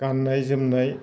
गाननाय जोमनाय